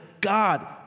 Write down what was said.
God